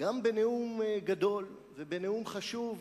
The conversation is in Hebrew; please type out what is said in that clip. גם בנאום גדול ובנאום חשוב,